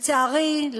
לצערי,